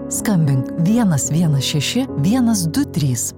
skambink vienas vienas šeši vienas du trys